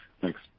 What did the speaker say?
Thanks